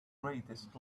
greatest